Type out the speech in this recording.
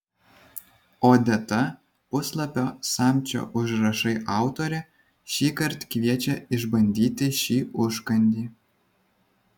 odeta puslapio samčio užrašai autorė šįkart kviečia išbandyti šį užkandį